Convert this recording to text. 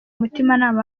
mutimanama